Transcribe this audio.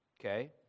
okay